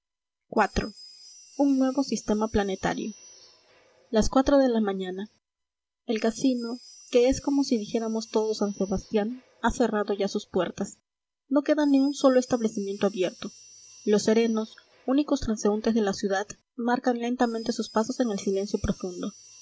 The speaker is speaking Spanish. iv un nuevo sistema planetario las cuatro de la mañana el casino que es como si dijéramos todo san sebastián ha cerrado ya sus puertas no queda ni un solo establecimiento abierto los serenos únicos transeúntes de la ciudad marcan lentamente sus pasos en el silencio profundo